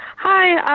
hi,